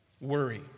worry